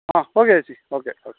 ആ ഓക്കെ ചേച്ചി okay okay